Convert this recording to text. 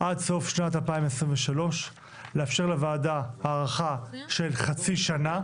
עד סוף שנת 2023 לאפשר לוועדה הארכה של חצי שנה